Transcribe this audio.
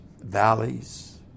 valleys